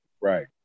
Right